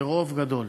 ברוב גדול.